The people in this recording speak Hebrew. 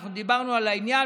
אנחנו דיברנו על העניין,